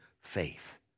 faith